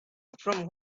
from